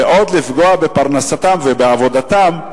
ועוד לפגוע בפרנסתם ובעבודתם,